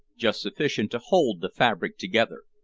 just sufficient to hold the fabric together.